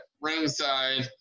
ringside